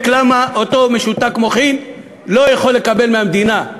למה אותו משותק מוחין לא יכול לקבל מהמדינה.